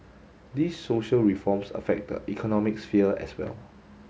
these social reforms affect the economic sphere as well